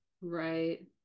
Right